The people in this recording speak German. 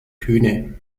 kühne